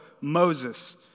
Moses